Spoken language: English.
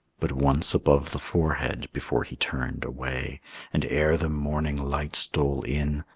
but once above the forehead before he turned away and ere the morning light stole in,